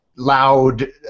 loud